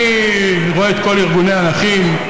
אני רואה את כל ארגוני הנכים.